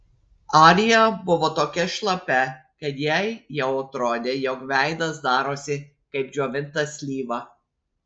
arija buvo tokia šlapia kad jai jau atrodė jog veidas darosi kaip džiovinta slyva